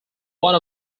one